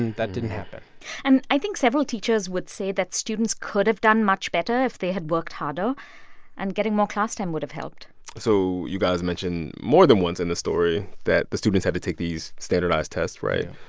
that didn't happen and i think several teachers would say that students could have done much better if they had worked harder and getting more class time would have helped so you guys mentioned more than once in this story that the students had to take these standardized tests, right?